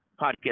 podcast